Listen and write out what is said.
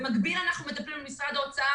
במקביל אנחנו מטפלים מול משרד האוצר